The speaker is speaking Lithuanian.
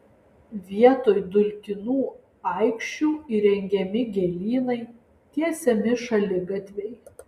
vietoj dulkinų aikščių įrengiami gėlynai tiesiami šaligatviai